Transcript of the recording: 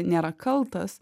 nėra kaltas